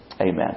Amen